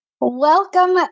Welcome